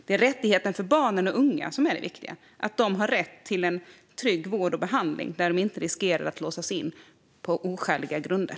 Det är rättigheten för barn och unga som är det viktiga - att de har rätt till trygg vård och behandling där de inte riskerar att låsas in på oskäliga grunder.